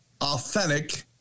Authentic